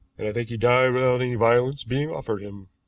and i think he died without any violence being offered him.